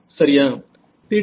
சரியா